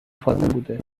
فاطمه